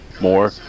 more